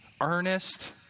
earnest